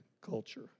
culture